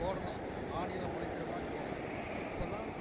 போடணும் ஆனியில முளைக்குறமாரி போடணும் அப்போதான்